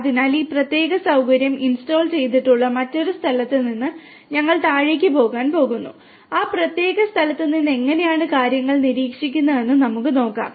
അതിനാൽ ഈ പ്രത്യേക സൌകര്യം ഇൻസ്റ്റാൾ ചെയ്തിട്ടുള്ള മറ്റൊരു സ്ഥലത്ത് നിന്ന് ഞങ്ങൾ താഴേക്ക് പോകാൻ പോകുന്നു ആ പ്രത്യേക സ്ഥലത്ത് നിന്ന് എങ്ങനെയാണ് കാര്യങ്ങൾ നിരീക്ഷിക്കുന്നതെന്ന് നമുക്ക് നോക്കാം